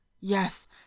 Yes